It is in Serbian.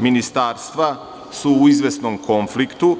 ministarstva su u izvesnom konfliktu.